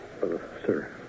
sir